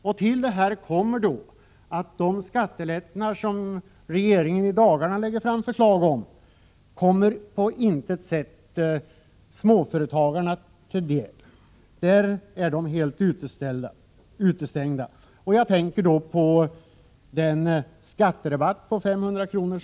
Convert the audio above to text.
Därtill kommer att de förslag till skattelättnader som regeringen i dagarna lägger fram på intet sätt kommer småföretagarna till del. De är helt utestängda. Jag tänker på den skatterabatt på 500 kr.